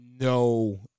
no